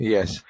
Yes